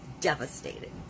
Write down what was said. devastated